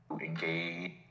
engage